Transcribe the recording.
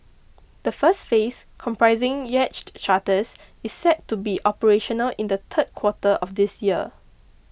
the first phase comprising yacht charters is set to be operational in the third quarter of this year